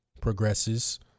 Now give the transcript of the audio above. progresses